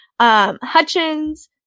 Hutchins